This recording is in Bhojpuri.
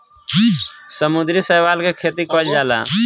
समुद्री शैवाल के खेती कईल जाला